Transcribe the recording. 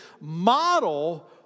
model